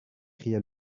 cria